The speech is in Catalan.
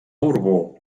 borbó